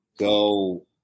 go